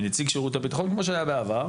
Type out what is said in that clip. מנציג שירות הביטחון כמו שהיה בעבר.